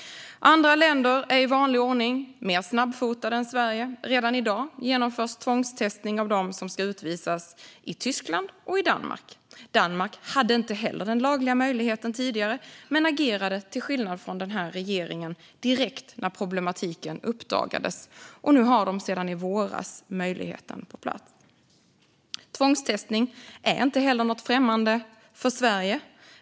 Andra länder är i vanlig ordning mer snabbfotade än Sverige. Redan i dag genomförs tvångstestning i Tyskland och i Danmark av dem som ska utvisas. Danmark hade inte heller den lagliga möjligheten tidigare, men man agerade, till skillnad från den här regeringen, direkt när problematiken uppdagades. Nu har de sedan i våras möjligheten på plats. Tvångstestning är inte heller något främmande för Sverige.